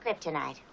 Kryptonite